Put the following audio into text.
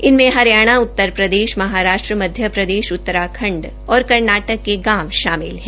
इनमें हरियाणा उत्तर प्रदेश महाराष्ट मध्य प्रदेश उत्तराखण्ड और कर्नाटक के गांव शामिल हैं